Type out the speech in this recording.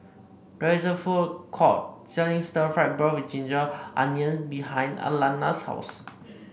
there is a food court selling Stir Fried Beef with Ginger Onions behind Alannah's house